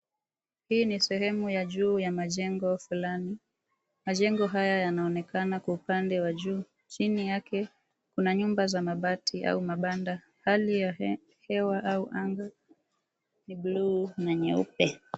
Hii ni sehemu ya juu ya majengo flani, majengo haya yanaonekana kwa upande wa juu, chini yake kuna manyumba za mabati au mabanda. Hali ya hewa au anga ni bluu na nyeupe.